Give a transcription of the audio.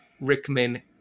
Rickman